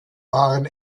waren